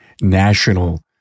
national